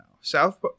South